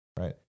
Right